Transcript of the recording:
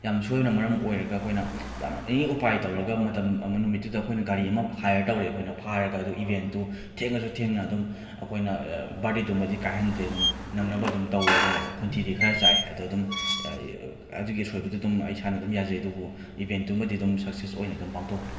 ꯌꯥꯝꯅ ꯁꯣꯏꯕꯅ ꯃꯔꯝ ꯑꯣꯏꯔꯒ ꯑꯩꯈꯣꯏꯅ ꯌꯥꯝꯅ ꯑꯦꯅꯤ ꯎꯄꯥꯏ ꯇꯧꯔꯒ ꯃꯇꯝ ꯑꯃ ꯅꯨꯃꯤꯠꯇꯨꯗ ꯑꯩꯈꯣꯏꯅ ꯒꯥꯔꯤ ꯑꯃ ꯍꯥꯌꯔ ꯇꯧꯔꯦ ꯑꯩꯈꯣꯏꯅ ꯐꯥꯔꯒ ꯑꯗꯣ ꯏꯕꯦꯟꯇꯣ ꯊꯦꯡꯉꯁꯨ ꯊꯦꯡꯅ ꯑꯗꯨꯝ ꯑꯩꯈꯣꯏꯅ ꯕꯥꯔꯗꯦ ꯑꯗꯨꯃꯗꯤ ꯀꯥꯏꯍꯟꯗ꯭ꯔꯦ ꯑꯗꯨꯝ ꯅꯪꯅꯕ ꯑꯗꯨꯝ ꯇꯧꯔꯦ ꯑꯗꯣ ꯈꯣꯟꯊꯤꯗꯤ ꯈꯔ ꯆꯥꯏ ꯑꯗꯣ ꯑꯗꯨꯝ ꯑꯗꯨꯒꯤ ꯑꯁꯣꯏꯕꯗꯣ ꯑꯗꯨꯝ ꯑꯩ ꯏꯁꯥꯅ ꯑꯗꯨꯝ ꯌꯥꯖꯩ ꯑꯗꯨꯕꯨ ꯏꯕꯦꯟꯇꯨꯃꯗꯤ ꯑꯗꯨꯝ ꯁꯛꯁꯦꯁ ꯑꯣꯏꯅ ꯑꯗꯨꯝ ꯄꯥꯡꯊꯣꯛꯈ꯭ꯔꯦ